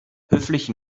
höflich